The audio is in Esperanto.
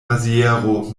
maziero